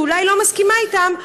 שאולי היא לא מסכימה אתם,